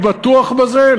אבל האם אני בטוח בזה?